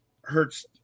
hurts